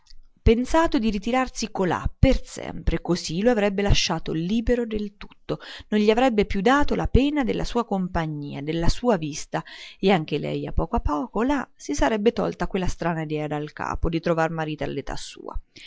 deliberato di ritirarsi colà per sempre così lo avrebbe lasciato libero del tutto non gli avrebbe più dato la pena della sua compagnia della sua vista e anche lei a poco a poco là si sarebbe tolta quella strana idea dal capo di trovar marito all'età sua